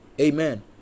amen